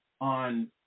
on